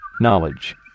Knowledge